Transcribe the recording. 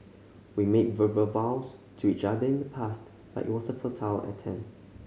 we made verbal vows to each other in the past but it was a futile attempt